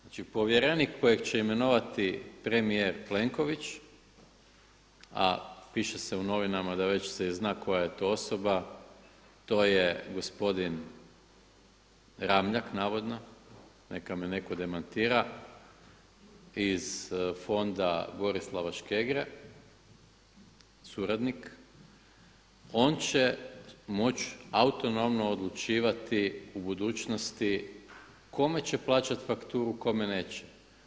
Znači povjerenik kojeg će imenovati premijer Plenković, a piše se u novinama da već se i zna koja je to osoba, to je gospodin Ramljak navodno, neka me neko demantira, iz fonda Borislava Škegre, suradnik, on će moć autonomno odlučivati u budućnosti kome će plaćati fakturu, kome neće.